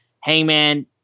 Hangman